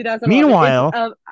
Meanwhile